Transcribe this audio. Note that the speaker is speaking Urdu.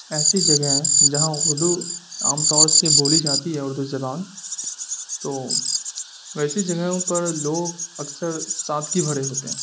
ایسی جگہیں ہیں جہاں اردو عام طور سے بولی جاتی ہے اردو زبان تو ویسی جگہوں پر لوگ اکثر سادگی بھرے ہوتے ہیں